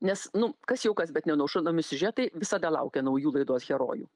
nes nu kas jau kas bet nenušaunami siužetai visada laukia naujų laidos herojų